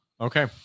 Okay